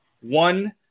one